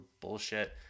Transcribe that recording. bullshit